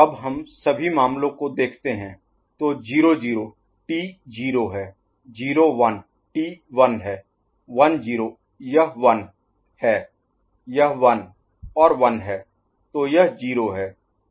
अब हम सभी मामलों को देखते हैं तो 0 0 टी 0 है 0 1 टी 1 है 1 0 यह 1 है यह 1 और 1 है तो यह 0 है